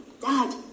Dad